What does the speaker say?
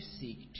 seek